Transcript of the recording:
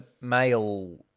male